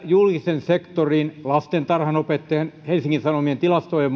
julkisen sektorin lastentarhanopettajilla helsingin sanomien esittämien tilastojen